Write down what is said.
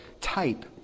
type